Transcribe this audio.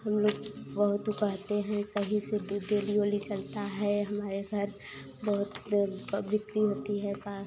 हम लोग बहुत कहते हैं सही से डेली ओली चलता है हमारे घर बहुत पब्लिक भी होती है पा